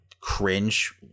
cringe